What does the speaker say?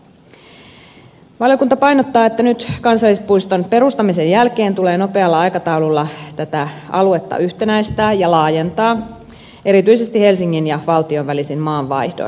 valiokunta painottaa että kansallispuiston perustamisen jälkeen tulee nopealla aikataululla tätä aluetta yhtenäistää ja laajentaa erityisesti helsingin ja valtion välisin maanvaihdoin